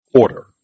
Order